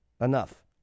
Enough